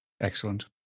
Excellent